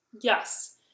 Yes